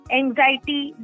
anxiety